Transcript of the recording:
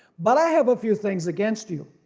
but i have a few things against you,